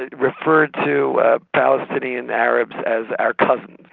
ah refer to ah palestinian arabs as our cousins.